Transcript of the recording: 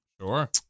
Sure